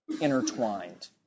intertwined